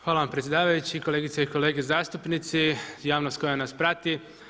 Hvala vam predsjedavajući, kolegice i kolege zastupnici, javnost koja nas prati.